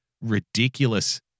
ridiculous